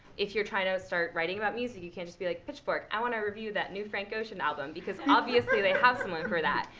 if you're trying to start writing about music, you can't just be like, pitchfork, i want to review that new frank ocean album, because obviously, they have someone for that.